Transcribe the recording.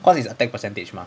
cause is attack percentage mah